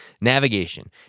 navigation